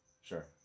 sure